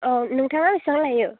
औ नोंथाङा बेसेबां लायो